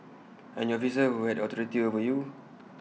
and your officer will authority over you